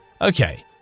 Okay